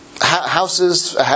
Houses